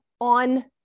on